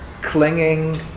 clinging